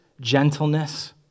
gentleness